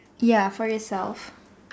ya for yourself